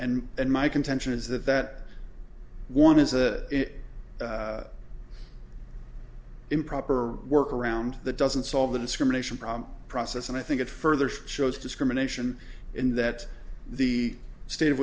and and my contention is that that one is a it improper or work around that doesn't solve the discrimination problem process and i think it further shows discrimination in that the state of